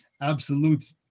absolute